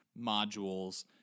modules